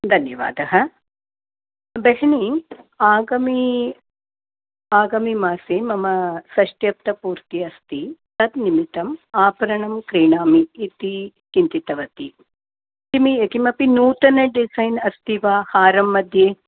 धन्यवादः बेहिनी आगामि आगामिमासे मम षष्ट्यब्दपूर्तिः अस्ति तद् निमित्तम् आभरणं क्रीणामि इति चिन्तितवती किमे किमपि नूतन डिज़ैन् अस्ति वा हारं मध्ये